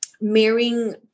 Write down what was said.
marrying